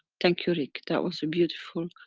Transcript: thank you, rick. that was beautiful.